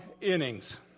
innings